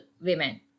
women